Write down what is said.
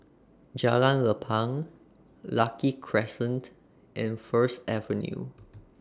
Jalan Lapang Lucky Crescent and First Avenue